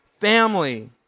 family